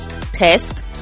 test